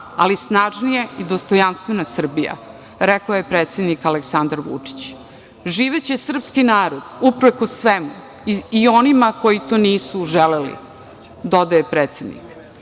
ali snažnija i dostojanstvena Srbija“, rekao je predsednik Aleksandar Vučić. „Živeće srpski narod uprkos svemu i onima koji to nisu želeli“, dodaje predsednik.O